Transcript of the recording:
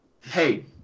Hey